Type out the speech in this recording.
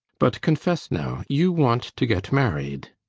but confess now you want to get married!